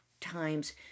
times